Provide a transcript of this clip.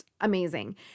amazing